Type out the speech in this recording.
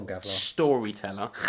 storyteller